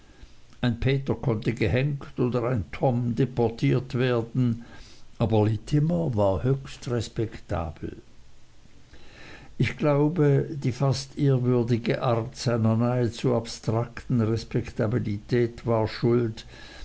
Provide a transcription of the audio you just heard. ein peter konnte gehenkt oder ein tom deportiert werden aber littimer war höchst respektabel ich glaube die fast ehrwürdige art seiner nahezu abstrakten respektabilität war schuld